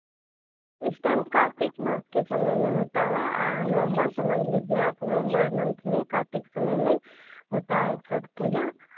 इस टाइम कार्तिक मास के समय में होता है आ नवम्बर समझ लीजिए आप नवम्बर मन्थ में कार्तिक समय में होता है छठ पूजा